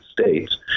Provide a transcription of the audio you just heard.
States